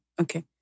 Okay